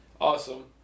Awesome